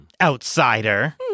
Outsider